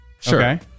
Sure